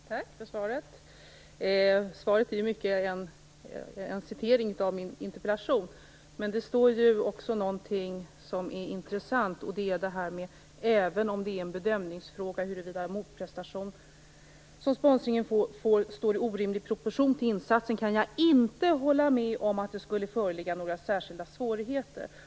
Herr talman! Jag tackar för svaret, som i mycket är en citering av min interpellation. I svaret står också något som är intressant, nämligen: "Även om det är en bedömningsfråga huruvida den motprestation som sponsorn får står i rimlig proportion till insatsen, kan jag inte hålla med om att det skulle föreligga några särskilda svårigheter -".